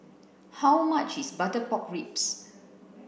how much is butter pork ribs